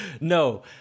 no